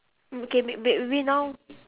okay maybe maybe now